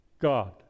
God